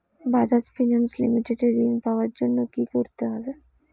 Bajaj finance limited এ ঋন পাওয়ার জন্য কি করতে হবে?